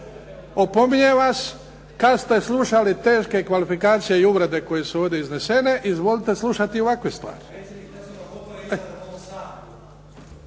opominjem vas, kada ste slušali teške kvalifikacije i uvrede koje su ovdje iznesene, izvolite slušati ovakve svari.